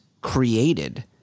created